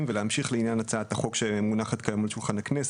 ולהמשיך לעניין הצעת החוק שמונחת על הכנסת,